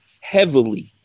heavily